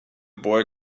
boy